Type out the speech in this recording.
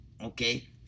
okay